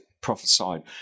prophesied